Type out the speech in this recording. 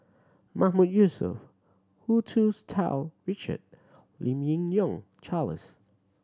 Mahmood Yusof Hu Tsu Tau Richard Lim Yi Yong Charles